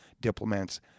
diplomats